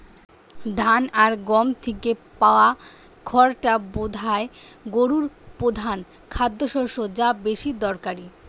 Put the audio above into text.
ধান আর গম থিকে পায়া খড়টা বোধায় গোরুর পোধান খাদ্যশস্য যা বেশি দরকারি